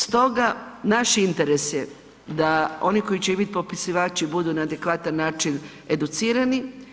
Stoga naš interes je da oni koji će biti popisivači budu na adekvatan način educirani.